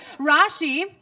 Rashi